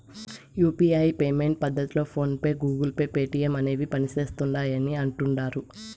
UPI payment పద్దతిలో PhonePe, Google Pay, Paytm అనేవి పనిసేస్తిండాయని అంటుడారు